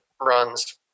runs